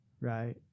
right